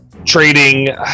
Trading